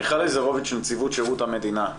מיכל לזרוביץ', נציבות שירות המדינה.